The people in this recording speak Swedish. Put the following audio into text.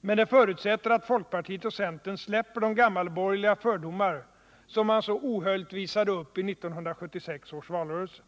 Men det förutsätter att folkpartiet och centern släpper de gammalborgerliga fördomar som de så ohöljt visade upp i 1976 års valrörelse.